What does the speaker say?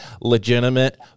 legitimate